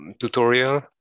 tutorial